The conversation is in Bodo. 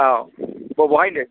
औ बबेहाय होन्दों